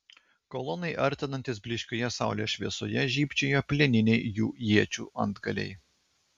kolonai artinantis blyškioje saulės šviesoje žybčiojo plieniniai jų iečių antgaliai